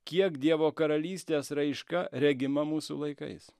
kiek dievo karalystės raiška regima mūsų laikais